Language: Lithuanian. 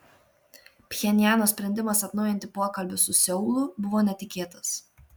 pchenjano sprendimas atnaujinti pokalbius su seulu buvo netikėtas